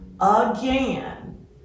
Again